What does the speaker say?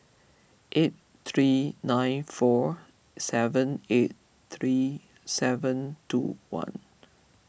eight three nine four seven eight three seven two one